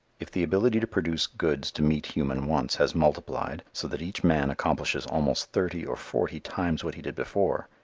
if the ability to produce goods to meet human wants has multiplied so that each man accomplishes almost thirty or forty times what he did before,